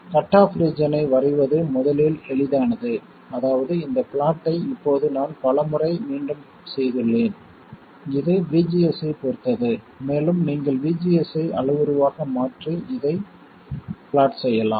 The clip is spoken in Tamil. கட் ஆஃப் ரீஜன் ஐ வரைவது முதலில் எளிதானது அதாவது இந்த பிளாட்டை இப்போது நான் பல முறை மீண்டும் செய்துள்ளேன் இது VGS ஐப் பொறுத்தது மேலும் நீங்கள் VGS ஐ அளவுருவாக மாற்றி இதைத் பிளாட் செய்யலாம்